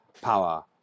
power